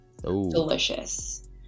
Delicious